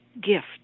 gift